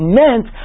meant